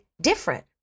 different